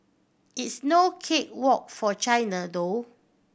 it's no cake walk for China though